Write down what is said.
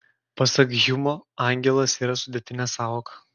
pasak hjumo angelas yra sudėtinė sąvoka